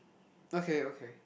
okay okay